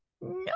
No